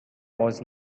was